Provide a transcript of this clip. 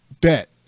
bet